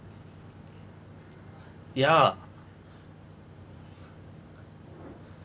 ya